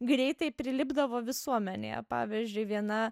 greitai prilipdavo visuomenėje pavyzdžiui viena